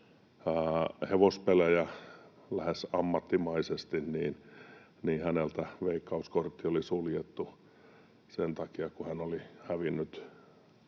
hevospelejä lähes ammattimaisesti, Veikkaus-kortti oli suljettu sen takia, kun hän oli hävinnyt